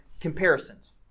comparisons